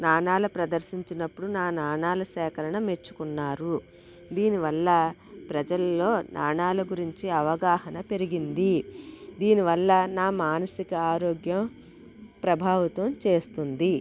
నాణాలు ప్రదర్శించినప్పుడు నా నాణాలు సేకరణ మెచ్చుకున్నారు దీనివల్ల ప్రజల్లో నాణాల గురించి అవగాహన పెరిగింది దీనివల్ల నా మానసిక ఆరోగ్యం ప్రభావితం చేస్తుంది